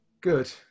Good